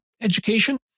education